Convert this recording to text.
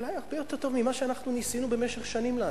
אולי הרבה יותר טוב ממה שאנחנו ניסינו במשך שנים לעשות,